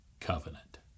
covenant